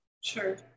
Sure